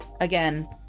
again